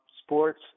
sports